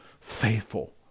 faithful